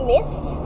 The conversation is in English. missed